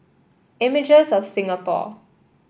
Images of Singapore